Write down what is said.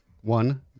One